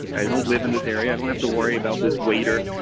i don't live in this area. i don't have to worry about this waiter,